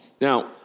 Now